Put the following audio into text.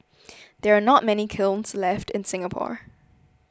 there are not many kilns left in Singapore